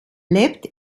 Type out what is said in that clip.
lebt